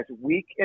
weak